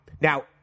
Now